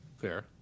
Fair